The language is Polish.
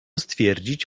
stwierdzić